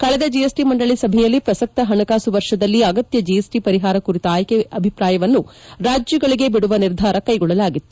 ಕಳೆದ ಜಿಎಸ್ಟಿ ಮಂಡಳಿ ಸಭೆಯಲ್ಲಿ ಪ್ರಸಕ್ತ ಹಣಕಾಸು ವರ್ಷದಲ್ಲಿ ಅಗತ್ಯ ಜಎಸ್ಟಿ ಪರಿಹಾರ ಕುರಿತ ಆಯ್ಕೆ ಅಭಿಪ್ರಾಯವನ್ನು ರಾಜ್ಯಗಳಿಗೆ ಬಿಡುವ ನಿರ್ಧಾರ ಕ್ಟೆಗೊಳ್ಳಲಾಗಿತ್ತು